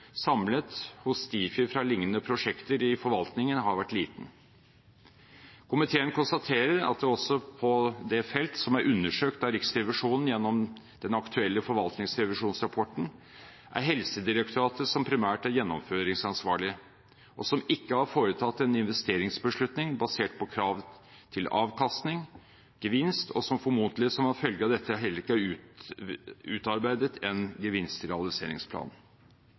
samlet hos Difi fra liknende prosjekter i forvaltningen, har vært liten. Komiteen konstaterer at det også på det felt som er undersøkt av Riksrevisjonen gjennom den aktuelle forvaltningsrevisjonsrapporten, er Helsedirektoratet som primært er gjennomføringsansvarlig, og som ikke har foretatt en investeringsbeslutning basert på krav til avkastning – gevinst – og som formodentlig som følge av dette heller ikke har utarbeidet en gevinstrealiseringsplan.